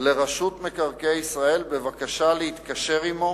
לרשות מקרקעי ישראל בבקשה להתקשר עמו